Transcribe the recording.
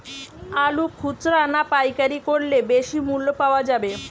আলু খুচরা না পাইকারি করলে বেশি মূল্য পাওয়া যাবে?